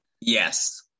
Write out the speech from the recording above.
Yes